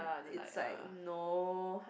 it's like no